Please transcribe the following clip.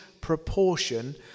proportion